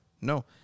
No